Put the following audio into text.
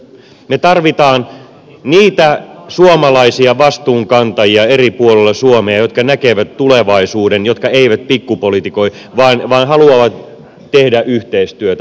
me tarvitsemme niitä suomalaisia vastuunkantajia eri puolilla suomea jotka näkevät tulevaisuuden jotka eivät pikkupolitikoi vaan haluavat tehdä yhteistyötä